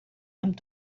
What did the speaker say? amb